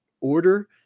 order